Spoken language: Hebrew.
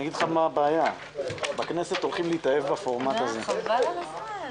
הישיבה ננעלה בשעה